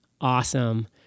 Awesome